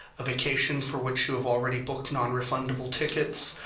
a vacation for which you have already booked non-refundable tickets,